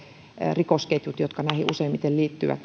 rikosketjut jotka näihin useimmiten liittyvät